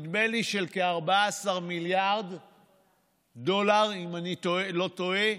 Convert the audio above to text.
של כ-14 מיליארד דולר, נדמה לי, אם אני לא טועה,